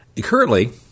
Currently